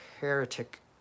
Heretic